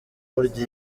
burya